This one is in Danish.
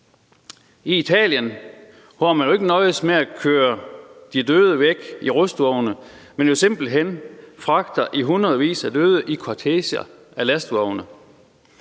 I Italien nøjes man jo ikke med at køre de døde væk i rustvogne, men man fragter jo simpelt hen i hundredvis af døde i korteger af lastvogne.